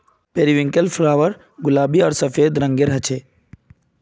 periwinkle flower गुलाबी आर सफ़ेद रंगेर होचे